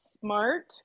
smart